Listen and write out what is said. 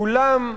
כולם,